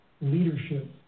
leadership